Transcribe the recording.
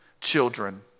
children